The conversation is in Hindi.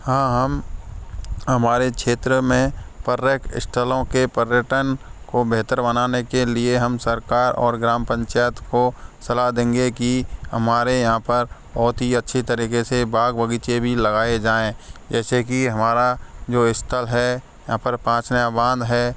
हाँ हम हमारे क्षेत्र में पर्यटक स्थलों के पर्यटन को बेहतर बनाने के लिए हम सरकार और ग्राम पंचायत को सलाह देंगे कि हमारे यहाँ पर बहुत ही अच्छी तरीके से बाग बगीचे भी लगाए जाएँ ऐसे कि हमारा जो स्थल है यहाँ पर पाँच है बांध है